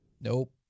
Nope